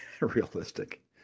realistic